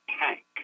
tank